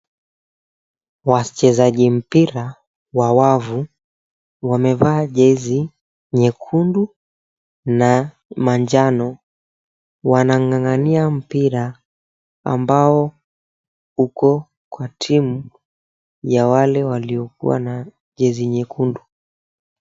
Wachezaji mpira wa wavu wamevaa jezi nyekundu na manjano wanang'ang'ania mpira ambao uko kwa timu ya wale waliokuwa na jezi nyekundu.